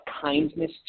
kindness